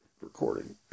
recording